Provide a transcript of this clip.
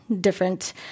different